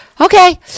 okay